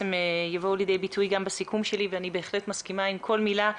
הם יבואו לידי ביטוי גם בסיכום שלי ואני בהחלט מסכימה עם כל מילה.